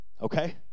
Okay